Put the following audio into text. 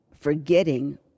forgetting